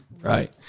Right